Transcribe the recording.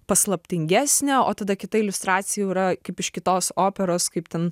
paslaptingesnė o tada kita iliustracija jau yra kaip iš kitos operos kaip ten